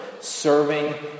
serving